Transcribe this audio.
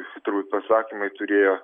visi turbūt pasakymai turėjo